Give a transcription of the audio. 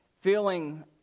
feeling